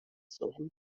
zuen